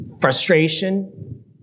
frustration